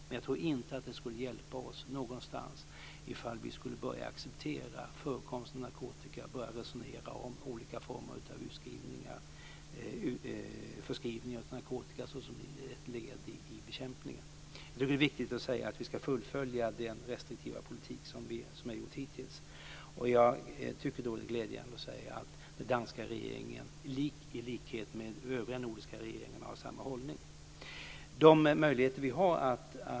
Men jag tror inte att det skulle hjälpa oss om vi började acceptera förekomst av narkotika och började resonera om olika former av förskrivning av narkotika såsom ett led i bekämpningen. Det är viktigt att säga att vi ska fullfölja den restriktiva politik som vi har fört hittills. Jag tycker att det är glädjande att kunna säga att den danska regeringen, i likhet med övriga nordiska regeringar, har samma hållning.